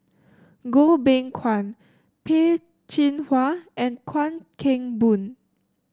Goh Beng Kwan Peh Chin Hua and Chuan Keng Boon